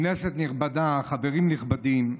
כנסת נכבדה, חברים נכבדים,